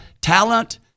talent